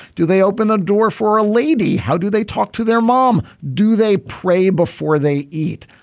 do they open the door for a lady. how do they talk to their mom. do they pray before they eat.